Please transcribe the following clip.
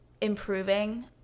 improving